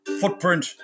footprint